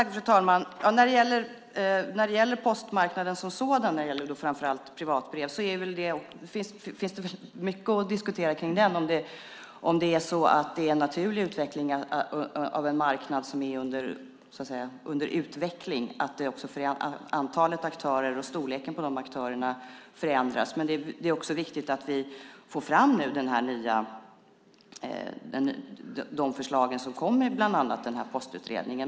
Fru talman! När det gäller postmarknaden som sådan och framför allt privatbreven finns det mycket att diskutera - om det är en naturlig utveckling av en marknad som är under utveckling att antalet aktörer och storleken på de aktörerna förändras. Det är också viktigt att vi nu får fram förslagen i bland annat Postutredningen.